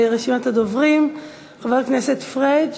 רשימת הדוברים: חבר הכנסת פריג'